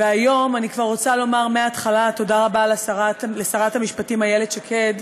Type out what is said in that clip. והיום אני כבר רוצה לומר מהתחלה תודה רבה לשרת המשפטים איילת שקד,